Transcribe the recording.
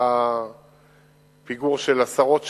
היה פיגור של עשרות שנים.